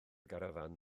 garafán